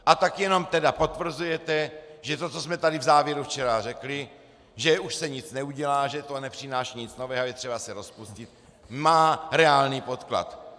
A tak jenom potvrzujete, že to, co jsme tady v závěru včera řekli, že už se nic neudělá, že to nepřináší nic nového a je třeba se rozpustit, má reálný podklad.